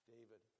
David